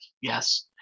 yes